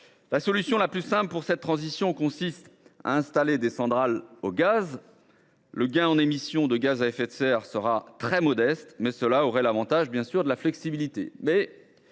La solution la plus simple pour permettre cette transition consiste à installer des centrales au gaz. Le gain du point de vue des émissions de gaz à effet de serre serait très modeste, mais cela aurait l’avantage de la flexibilité.